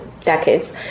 decades